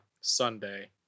Sunday